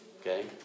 Okay